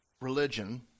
religion